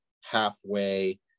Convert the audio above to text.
halfway